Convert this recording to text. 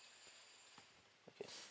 okay